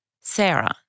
Sarah